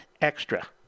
extra